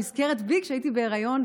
או נזכרת בי כשהייתי בהריון,